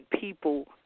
people